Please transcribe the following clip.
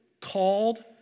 called